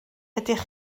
ydych